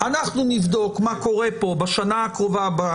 אנחנו נבדוק מה קורה פה בשנה הקרובה.